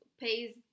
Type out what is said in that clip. pays